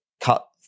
cut